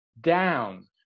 down